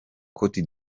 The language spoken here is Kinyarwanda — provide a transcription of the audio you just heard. cote